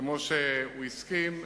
כמו שהוא הסכים,